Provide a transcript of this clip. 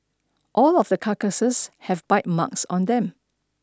all of the carcasses have bite marks on them